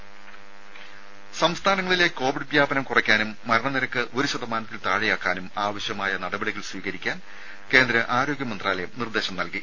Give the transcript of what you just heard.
രുര സംസ്ഥാനങ്ങളിലെ കോവിഡ് വ്യാപനം കുറയ്ക്കാനും മരണനിരക്ക് ഒരു ശതമാനത്തിൽ താഴെയാക്കാനും ആവശ്യമായ നടപടികൾ സ്വീകരിക്കാൻ കേന്ദ്ര ആരോഗ്യ മന്ത്രാലയം നിർദ്ദേശം നൽകി